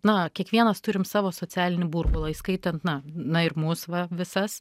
na kiekvienas turim savo socialinį burbulą įskaitant na na ir mus va visas